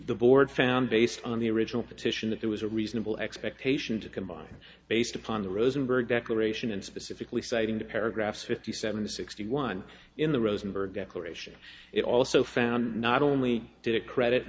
the board found based on the original petition that there was a reasonable expectation to combine based upon the rosenberg declaration and specifically citing to paragraph fifty seven sixty one in the rosenberg declaration it also found not only did it credit